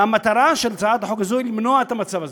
והמטרה של הצעת החוק הזאת היא למנוע את המצב הזה.